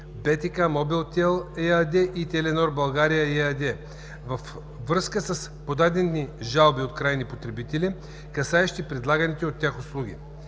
БТК, „Мобилтел“ ЕАД и „Теленор България“ ЕАД, във връзка с подадени жалби от крайни потребители, касаещи предлаганите от тях услуги.